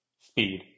Speed